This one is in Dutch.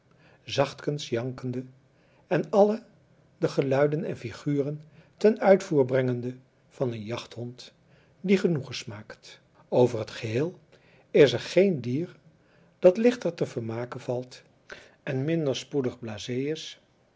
zachtkens jankende en alle de geluiden en figuren ten uitvoer brengende van een jachthond die genoegen smaakt over t geheel is er geen dier dat lichter te vermaken valt en minder spoedig